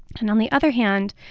and on the other hand,